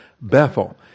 Bethel